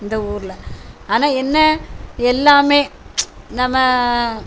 இந்த ஊரில் ஆனால் என்ன எல்லாமே நம்ம